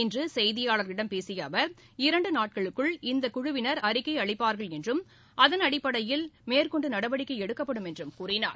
இன்றுசெய்தியாளர்களிடம் பேசியஅவர் இரண்டுநாட்களுக்குள் இந்தகுழுவினர் அறிக்கைஅளிப்பார்கள் என்றும் அதன் அடிப்படையில் மேற்கொண்டுநடவடிக்கைஎடுக்கப்படும் என்றும் கூறினார்